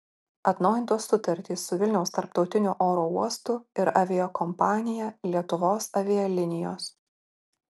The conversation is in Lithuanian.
atnaujintos sutartys su vilniaus tarptautiniu oro uostu ir aviakompanija lietuvos avialinijos